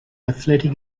athletic